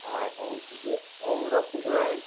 ହଁ ହଉ ଠିକ୍ ଅଛି ହଉ ରଖିଲୁ